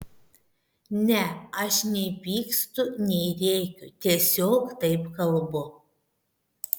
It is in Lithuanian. ne aš nei pykstu nei rėkiu tiesiog taip kalbu